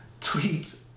tweet